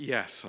Yes